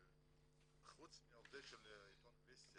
חוץ מעובדי עיתון וסטי,